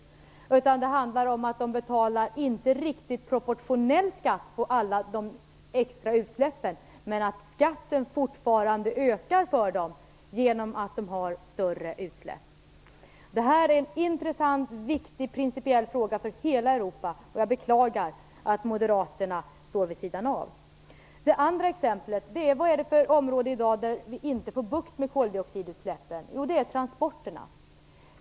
Det handlar i stället om att de betalar en inte riktigt proportionell skatt på alla extra utsläpp. Men skatten ökar fortfarande för dem genom att de har större utsläpp. Det här är en intressant, viktig, principiell fråga för hela Europa, och jag beklagar att moderaterna står vid sidan av. Så till det andra exemplet. På ett område får vi i dag inte bukt med koldioxidutsläppen. Det gäller transporterna.